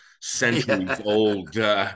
centuries-old